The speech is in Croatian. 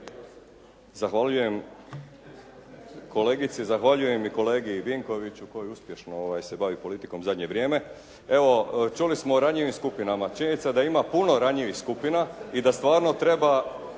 Zahvaljujem kolegici, zahvaljujem i kolegi Vinkoviću koji uspješno se bavi politikom u zadnje vrijeme. Evo, čuli smo o ranjivim skupinama. Činjenica je da ima puno ranjivih skupina i da stvarno treba